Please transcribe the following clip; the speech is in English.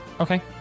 okay